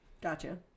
gotcha